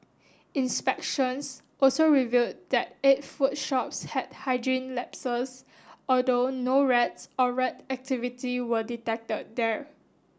inspections also revealed that eight food shops had hygiene lapses although no rats or rat activity were detected there